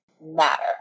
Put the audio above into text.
matter